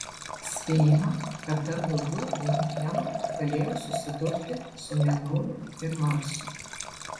spėjama kad dar daugiau uolienų galėjo susidurti su mėnuliu ir marsu